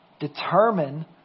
determine